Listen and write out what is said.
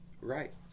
Right